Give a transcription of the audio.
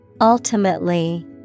Ultimately